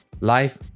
life